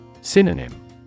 Synonym